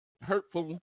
hurtful